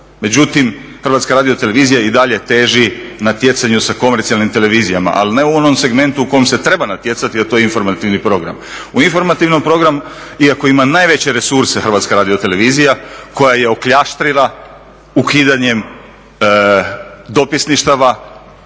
Međutim HRT i dalje teži natjecanju sa komercijalnim televizija, ali ne u onom segmentu u kom se treba natjecati, a to je informativni program. Informativni program iako ima najveće resurse HRT koja je okljaštrila ukidanjem dopisništava